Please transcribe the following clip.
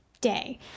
day